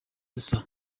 gusa